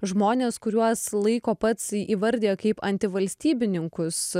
žmones kuriuos laiko pats įvardija kaip anti valstybininkus